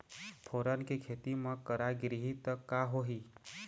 फोरन के खेती म करा गिरही त का होही?